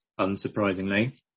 unsurprisingly